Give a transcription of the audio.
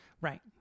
right